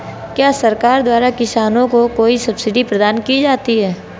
क्या सरकार द्वारा किसानों को कोई सब्सिडी प्रदान की जाती है?